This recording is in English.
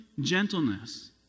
gentleness